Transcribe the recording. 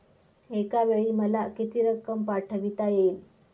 एकावेळी मला किती रक्कम पाठविता येईल?